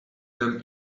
them